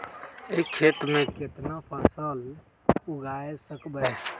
एक खेत मे केतना फसल उगाय सकबै?